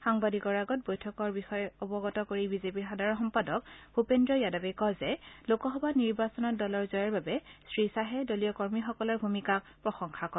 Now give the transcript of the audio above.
সাংবাদিকৰ আগত বৈঠকৰ বিষয়ে অবগত কৰি বিজেপিৰ সাধাৰণ সম্পাদক ভূপেন্দ্ৰ যাদৰে কয় যে লোকসভা নিৰ্বাচনত দলৰ জয়ৰ বাবে শ্ৰীখাহে দলীয় কৰ্মীসকলৰ ভূমিকাক প্ৰসংশা কৰে